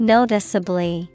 Noticeably